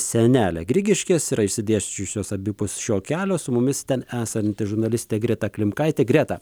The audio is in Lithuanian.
sienelė grigiškės yra išsidėsčiusios abipus šio kelio su mumis ten esanti žurnalistė greta klimkaitė greta